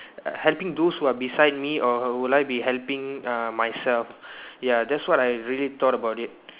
helping those who are beside me or would I be helping uh myself ya that's what I really thought about it